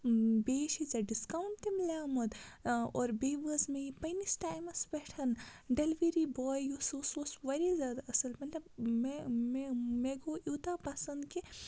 بیٚیہِ چھِ ژےٚ ڈِسکاوُنٛٹ تہِ مِلیٛومُت اور بیٚیہِ وٲژ مےٚ یہِ پنٛنِس ٹایمَس پٮ۪ٹھ ڈٮ۪لؤری باے یُس سُہ اوس واریاہ زیادٕ اَصٕل مطلب مےٚ مےٚ مےٚ گوٚو یوٗتاہ پَسَنٛد کہِ